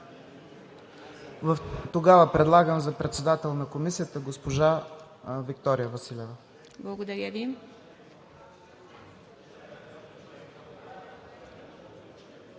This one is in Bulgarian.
Тогава предлагам за председател на Комисията госпожа Виктория Василева. ПРЕДСЕДАТЕЛ